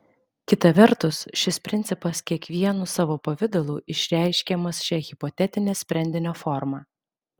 kita vertus šis principas kiekvienu savo pavidalu išreiškiamas šia hipotetine sprendinio forma